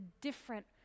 different